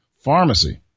pharmacy